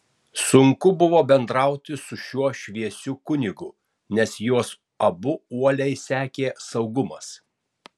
sunku buvo bendrauti su šiuo šviesiu kunigu nes juos abu uoliai sekė saugumas